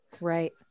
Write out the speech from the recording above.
Right